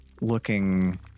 looking